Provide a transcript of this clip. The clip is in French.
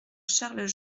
charles